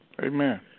Amen